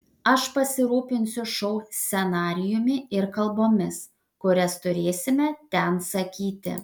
aš pasirūpinsiu šou scenarijumi ir kalbomis kurias turėsime ten sakyti